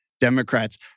Democrats